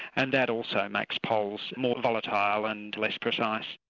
and that also make polls more volatile and less precise.